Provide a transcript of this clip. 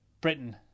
Britain